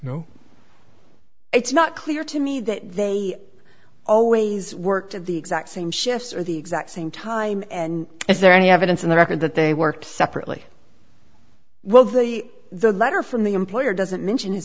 know it's not clear to me that they always worked at the exact same shifts or the exact same time and is there any evidence in the record that they worked separately while the the letter from the employer doesn't mention his